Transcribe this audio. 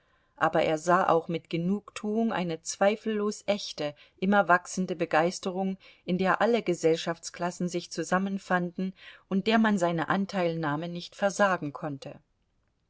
aber er sah auch mit genugtuung eine zweifellos echte immer wachsende begeisterung in der alle gesellschaftsklassen sich zusammenfanden und der man seine anteilnahme nicht versagen konnte